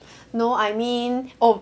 no I mean ove~